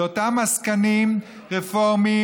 זה אותם עסקנים רפורמים,